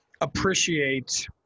appreciate